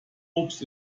obst